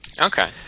Okay